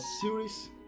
series